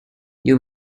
you